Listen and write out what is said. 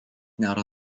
nėra